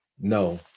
no